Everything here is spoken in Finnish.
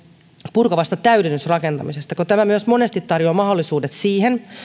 purkavasta täydennysrakentamisesta kun tämä myös monesti tarjoaa mahdollisuudet siihen